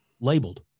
labeled